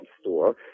store